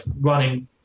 running